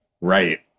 right